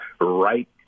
right